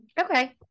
Okay